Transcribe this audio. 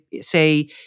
say